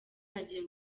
agiye